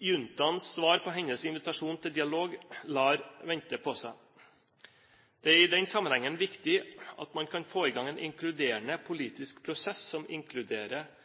Juntaens svar på hennes invitasjon til dialog lar vente på seg. Det er i den sammenhengen viktig at man kan få i gang en inkluderende politisk prosess, som inkluderer